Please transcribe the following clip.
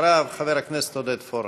אחריו, חבר הכנסת עודד פורר.